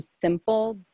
simple